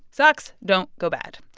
socks don't go bad.